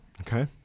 Okay